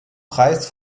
preis